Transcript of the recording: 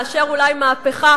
לאשר אולי מהפכה,